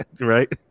right